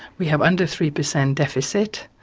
we have under three percent deficit,